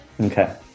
Okay